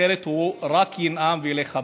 אחרת הוא רק ינאם וילך הביתה,